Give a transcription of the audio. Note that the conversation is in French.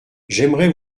j’aimerais